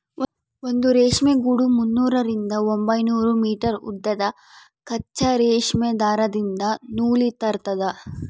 ಒಂದು ರೇಷ್ಮೆ ಗೂಡು ಮುನ್ನೂರರಿಂದ ಒಂಬೈನೂರು ಮೀಟರ್ ಉದ್ದದ ಕಚ್ಚಾ ರೇಷ್ಮೆ ದಾರದಿಂದ ನೂಲಿರ್ತದ